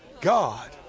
God